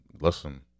listen